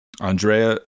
Andrea